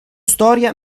storia